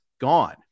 gone